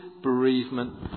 bereavement